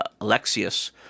Alexius